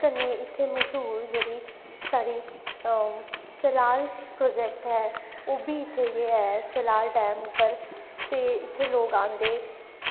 ते कन्नै इत्थ मश्हूर जेह्ड़ी साढ़ी ओह् सलाल प्रोजैक्ट ऐ ते ओह्बी इत्थै गै सलाल डैम उप्पर ते इत्थै लोक आंदे